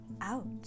out